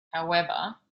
however